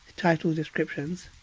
title, descriptions.